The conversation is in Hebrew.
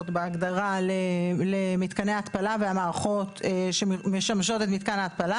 בהגדרה למתקני התפלה והמערכות שמשמשות את מתקן ההתפלה.